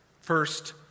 First